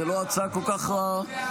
זאת לא הצעה כל כך רעה.